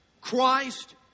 Christ